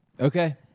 Okay